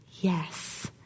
yes